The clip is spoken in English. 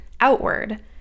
outward